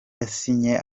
yasinye